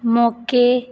ਮੌਕੇ